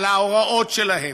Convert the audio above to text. על ההוראות שלהם.